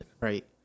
Right